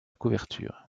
couverture